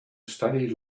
studied